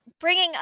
bringing